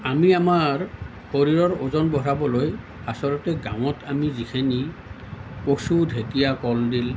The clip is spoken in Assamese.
আমি আমাৰ শৰীৰৰ ওজন বঢ়াবলৈ আচলতে গাঁৱত আমি যিখিনি কচু ঢেঁকীয়া কলডিল